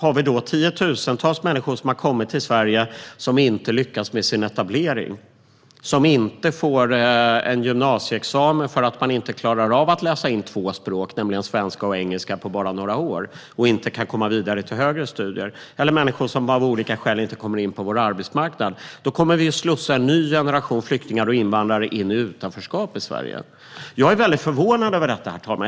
Om tiotusentals människor som har kommit till Sverige inte har lyckats med sin etablering vid det laget kommer en ny generation flyktingar och invandrare att slussas in i utanförskap i Sverige. Det kan handla om människor som inte får någon gymnasieexamen för att de inte klarar av att läsa in två språk, svenska och engelska, på bara några år och därför inte kan komma vidare till högre studier eller människor som av andra skäl inte kommer in på vår arbetsmarknad.